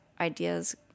ideas